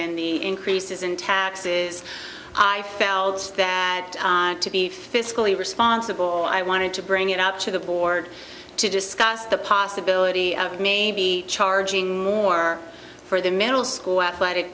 in the increases in taxes i felt that to be fiscally responsible i wanted to bring it up to the board to discuss the possibility of maybe charging more for the middle school